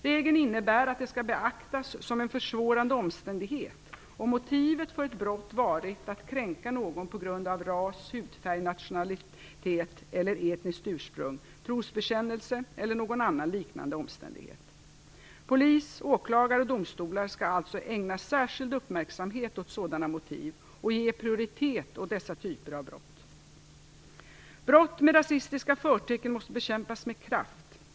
Regeln innebär att det skall beaktas som en försvårande omständighet om motivet för ett brott varit att kränka någon på grund av ras, hudfärg, nationellt eller etniskt ursprung, trosbekännelse eller någon annan liknande omständighet. Polis, åklagare och domstolar skall alltså ägna särskild uppmärksamhet åt sådana motiv och ge prioritet åt dessa typer av brott. Brott med rasistiska förtecken måste bekämpas med kraft.